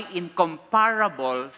incomparable